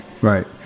right